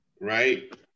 right